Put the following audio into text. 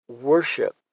worship